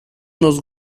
nos